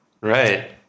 Right